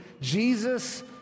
Jesus